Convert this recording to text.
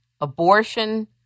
Abortion